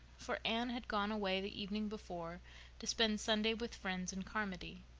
for anne had gone away the evening before to spend sunday with friends in carmody,